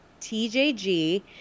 TJG